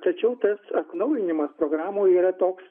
tačiau tas atnaujinimas programų yra toks